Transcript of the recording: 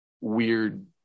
weird